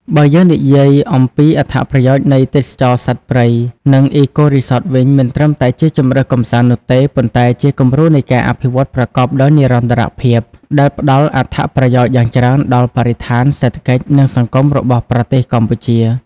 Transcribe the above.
បើយើងនិយាយអំំពី អត្ថប្រយោជន៍នៃទេសចរណ៍សត្វព្រៃ និង Eco-Resorts វិញ មិនត្រឹមតែជាជម្រើសកម្សាន្តនោះទេ ប៉ុន្តែជាគំរូនៃការអភិវឌ្ឍប្រកបដោយនិរន្តរភាព ដែលផ្តល់អត្ថប្រយោជន៍យ៉ាងច្រើនដល់បរិស្ថាន សេដ្ឋកិច្ច និងសង្គមរបស់ប្រទេសកម្ពុជា។